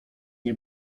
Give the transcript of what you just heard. nie